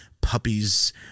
puppies